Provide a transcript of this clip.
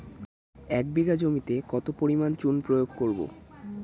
এক বিঘা জমিতে কত পরিমাণ চুন প্রয়োগ করব?